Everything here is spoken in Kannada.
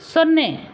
ಸೊನ್ನೆ